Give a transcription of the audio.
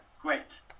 great